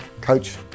Coach